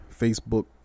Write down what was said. Facebook